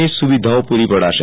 ની સુવિધાઓ પુરી પડાશે